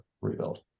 rebuild